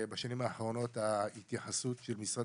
בשנים האחרונות ההתייחסות של משרד